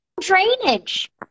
drainage